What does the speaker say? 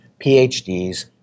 PhDs